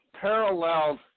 paralleled